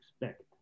expect